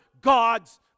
gods